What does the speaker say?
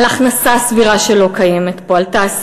על שלא קיימת פה הכנסה סבירה, על תעסוקה.